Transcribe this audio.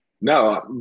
No